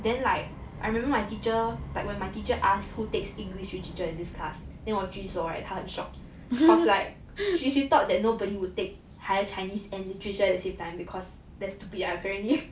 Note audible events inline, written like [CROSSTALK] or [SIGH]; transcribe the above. then like I remember my teacher like when my teacher asks who takes english literature in this class then 我举手 right 她很 shocked cause like usually she she thought that nobody would take higher chinese and literature at the same time because that's stupid lah [LAUGHS] apparently